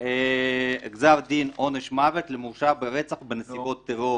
על גזר דין עונש מוות למורשע ברצח בנסיבות טרור.